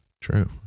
True